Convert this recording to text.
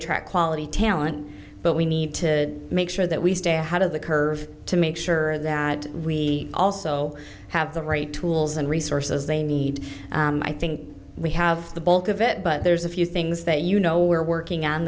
attract quality talent but we need to make sure that we stay ahead of the curve to make sure that we also have the right tools and resources they need i think we have the bulk of it but there's a few things that you know we're working on